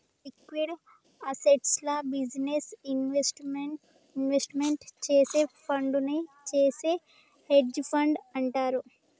liquid అసెట్స్లో business investment చేసే ఫండునే చేసే హెడ్జ్ ఫండ్ అంటారు